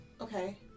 Okay